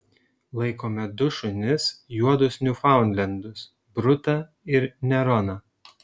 laikome du šunis juodus niufaundlendus brutą ir neroną